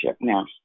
now